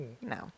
No